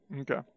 okay